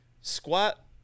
squat